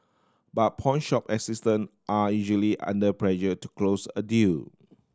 but pawnshop assistant are usually under pressure to close a deal